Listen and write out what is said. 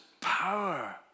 power